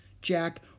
Jack